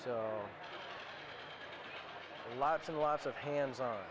so lots and lots of hands